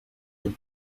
part